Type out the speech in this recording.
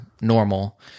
normal